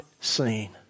seen